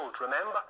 remember